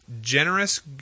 generous